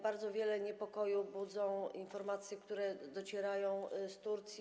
Bardzo wiele niepokoju budzą informacje, które docierają z Turcji.